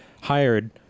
hired